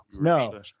no